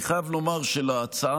אני חייב לומר שלהצעה,